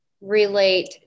relate